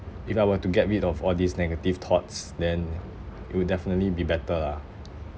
if I were to get rid of all these negative thoughts then it will definitely be better lah